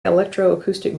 electroacoustic